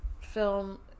film